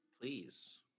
Please